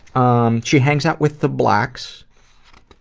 um she hangs out with the blacks,